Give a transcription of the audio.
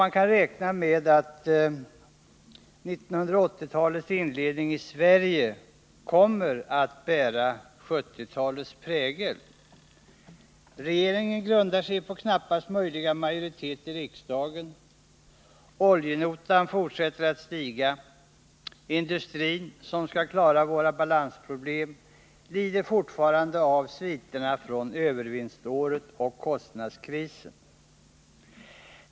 Man kan räkna med att 1980-talets inledning i Sverige kommer att bära 1970-talets prägel: regeringen grundar sig på knappaste möjliga majoritet i riksdagen, oljenotan fortsätter att stiga och industrin, som skall klara våra balansproblem, lider fortfarande av sviterna från övervinståren och kostnadskrisen.